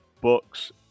books